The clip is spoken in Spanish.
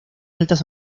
altas